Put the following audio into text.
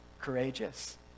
courageous